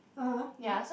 (uh huh) yeah